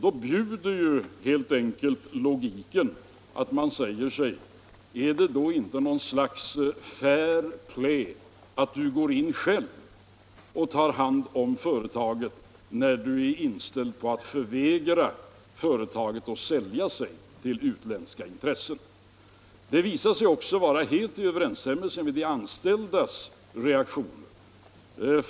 Då bjuder helt enkelt logiken att man säger sig om det ändå inte är fair play att själv gå in och ta hand om företaget när man nu är inställd på att förvägra företaget att sälja sig till utländska intressen. Det visade sig också vara helt i överensstämmelse med de anställdas reaktion.